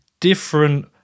Different